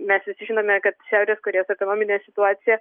mes visi žinome kad šiaurės korėjos ekonominė situacija